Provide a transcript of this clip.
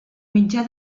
mitjà